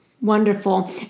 Wonderful